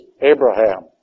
Abraham